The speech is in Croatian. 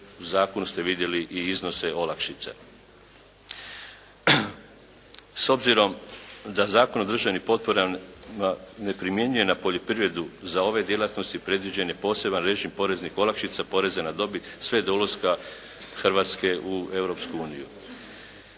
U zakonu ste vidjeli i iznose olakšica. S obzirom da Zakon o državnim potporama ne primjenjuje na poljoprivredu za ove djelatnosti predviđen je poseban režim poreznih olakšica poreza na dobit sve do ulaska Hrvatske u